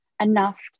enough